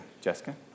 Jessica